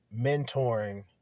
mentoring